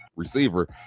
receiver